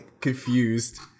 confused-